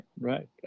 right